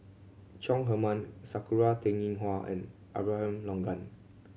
Chong Heman Sakura Teng Ying Hua and Abraham Logan